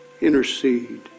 intercede